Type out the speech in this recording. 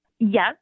Yes